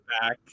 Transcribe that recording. back